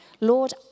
Lord